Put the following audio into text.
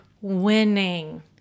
winning